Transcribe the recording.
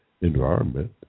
environment